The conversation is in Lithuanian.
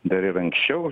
dar ir anksčiau